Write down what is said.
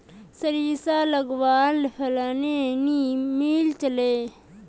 सारिसा लगाले फलान नि मीलचे?